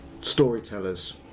Storytellers